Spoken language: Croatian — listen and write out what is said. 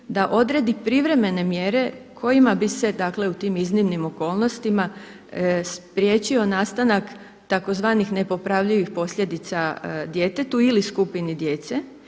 da odredi privremene mjere kojima bi se dakle u tim iznimnim okolnostima spriječio nastanak tzv. nepopravljivih posljedica djetetu ili skupini djece.